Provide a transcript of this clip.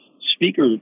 Speaker